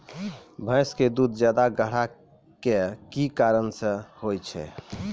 भैंस के दूध ज्यादा गाढ़ा के कि कारण से होय छै?